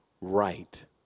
right